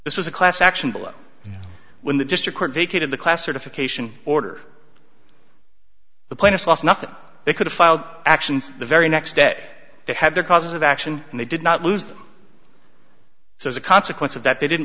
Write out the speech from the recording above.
this was a class action below when the district court vacated the classification order the plaintiffs lost nothing they could have filed actions the very next day they have their causes of action and they did not lose so as a consequence of that they didn't